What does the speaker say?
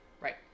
right